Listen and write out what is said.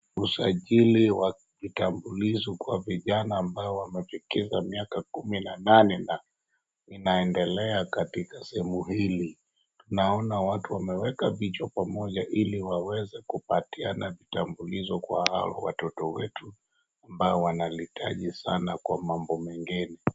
Usajili wa vitambulisho kwa vijana ambao wamefikisha miaka kumi na nane na inaendelea katika sehemu hili. Tunaona watu wameweka vichwa pamoja ili waweze kupatiana vitambulisho kwa hao watoto wetu ambao wanalihitaji sana kwa mambo mengine.